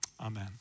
amen